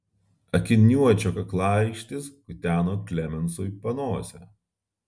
akiniuočio kaklaraištis kuteno klemensui panosę